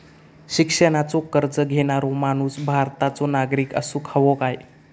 शिक्षणाचो कर्ज घेणारो माणूस भारताचो नागरिक असूक हवो काय?